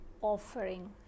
offering